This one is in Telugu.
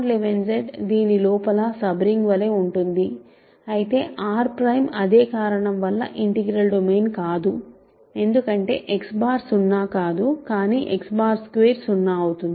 Z11Z దీని లోపల సబ్ రింగ్ వలె ఉంటుంది అయితే R అదే కారణం వల్ల ఇంటిగ్రల్ డొమైన్ కాదు ఎందుకంటే X బార్ సున్నా కాదు కానీ X2 0 అవుతుంది